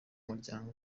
muryango